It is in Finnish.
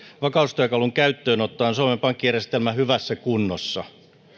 vakaustyökalun käyttöönottoa on suomen pankkijärjestelmä hyvässä kunnossa